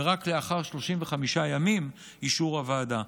ורק לאחר 35 ימים אישור הוועדה.